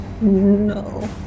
No